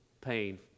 pain